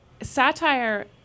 satire